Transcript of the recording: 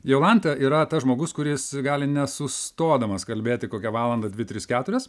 jolanta yra tas žmogus kuris gali nesustodamas kalbėti kokią valandą dvi tris keturias